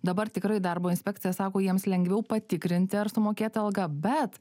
dabar tikrai darbo inspekcija sako jiems lengviau patikrinti ar sumokėta alga bet